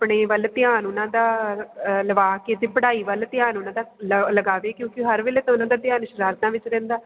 ਆਪਣੇ ਵੱਲ ਧਿਆਨ ਉਹਨਾਂ ਦਾ ਲਵਾ ਕੇ ਅਤੇ ਪੜ੍ਹਾਈ ਵੱਲ ਧਿਆਨ ਉਹਨਾਂ ਦਾ ਲਗਾਵੇ ਕਿਉਂਕਿ ਹਰ ਵੇਲੇ ਤਾਂ ਉਹਨਾਂ ਦਾ ਧਿਆਨ ਸ਼ਰਾਰਤਾਂ ਵਿੱਚ ਰਹਿੰਦਾ